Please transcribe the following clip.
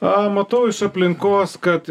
aaa matau iš aplinkos kad